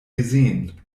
gesehen